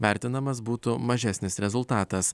vertinamas būtų mažesnis rezultatas